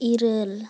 ᱤᱨᱟᱹᱞ